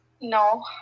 No